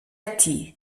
ati